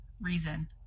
reason